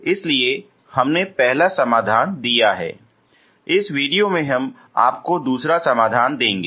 इसलिए हमने पहला समाधान दिया है इस वीडियो में हम आपको दूसरा समाधान देंगे